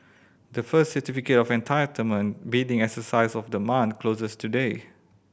the first Certificate of Entitlement bidding exercise of the month closes today